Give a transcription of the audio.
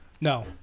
No